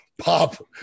Pop